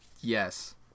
Yes